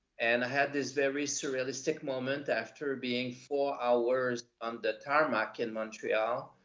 and i had this very surrealistic moment after being four hours on the tarmac in montreal,